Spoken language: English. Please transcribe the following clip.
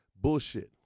bullshit